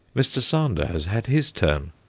mr. sander has had his turn,